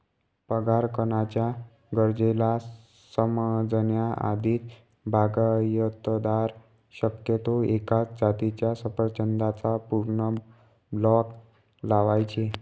परागकणाच्या गरजेला समजण्या आधीच, बागायतदार शक्यतो एकाच जातीच्या सफरचंदाचा पूर्ण ब्लॉक लावायचे